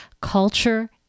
culture